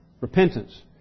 Repentance